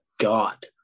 God